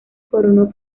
coronó